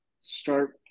start